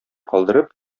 калдырып